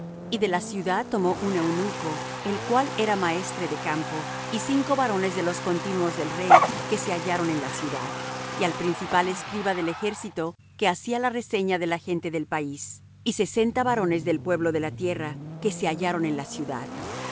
y de la ciudad tomó un eunuco el cual era maestre de campo y cinco varones de los continuos del rey que se hallaron en la ciudad y al principal escriba del ejército que hacía la reseña de la gente del país y sesenta varones del pueblo de la tierra que se hallaron en la ciudad